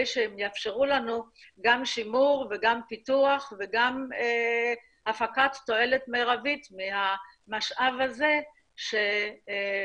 שיאפשרו לנו גם שימור וגם פיתוח וגם הפקת תועלת מרבית מהמשאב הזה שפתאום